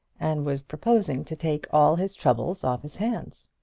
and was proposing to take all his troubles off his hands.